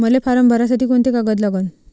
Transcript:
मले फारम भरासाठी कोंते कागद लागन?